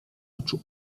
oczu